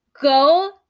go